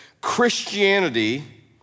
Christianity